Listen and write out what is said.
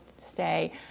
stay